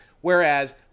Whereas